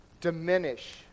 diminish